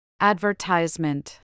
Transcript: Advertisement